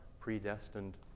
predestined